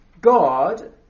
God